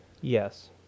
Yes